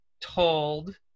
told